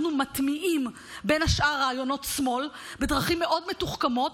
אנחנו מטמיעים בין השאר רעיונות שמאל בדרכים מאוד מתוחכמות,